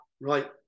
right